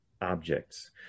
objects